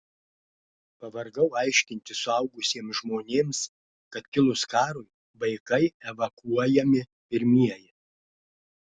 pavargau aiškinti suaugusiems žmonėms kad kilus karui vaikai evakuojami pirmieji